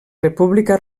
república